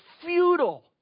futile